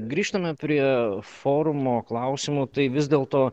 grįžtame prie forumo klausimų tai vis dėl to